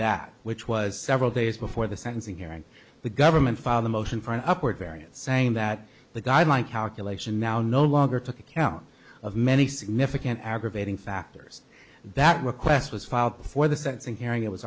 that which was several days before the sentencing hearing the government filed a motion for an upward variance saying that the guide my calculation now no longer took account of many significant aggravating factors that request was filed before the sentencing hearing it was